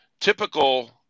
typical